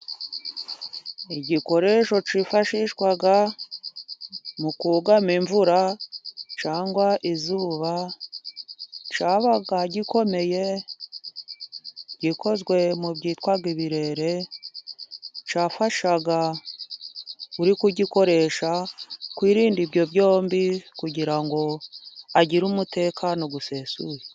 Igikoresho cyifashishwa mu kugama imvura cyangwa izuba cyabaga gikomeye, gikozwe mu byitwaga ibirere, cyafashaga uri kugikoresha kwirinda ibyo byombi kugira ngo agire umutekano usesuye.